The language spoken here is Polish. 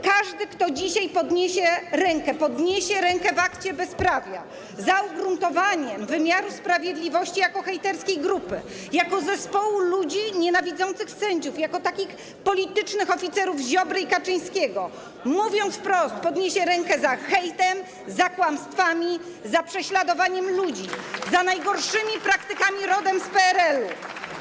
Każdy, kto dzisiaj podniesie rękę, głosując za, podniesie rękę w akcie bezprawia za ugruntowaniem wymiaru sprawiedliwości jako hejterskiej grupy, jako zespołu ludzi nienawidzących sędziów, jako politycznych oficerów Ziobry i Kaczyńskiego, mówiąc wprost - podniesie rękę za hejtem, za kłamstwami, za prześladowaniem ludzi, za najgorszymi praktykami rodem z PRL.